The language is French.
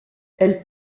elle